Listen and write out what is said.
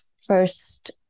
first